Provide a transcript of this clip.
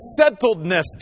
settledness